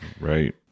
Right